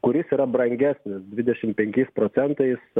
kuris yra brangesnis dvidešim penkiais procentais